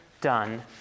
done